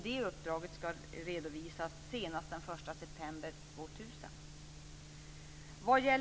Det uppdraget ska redovisas senast den 1 september 2000.